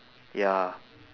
ya